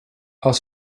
als